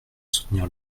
soutenir